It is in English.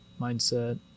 mindset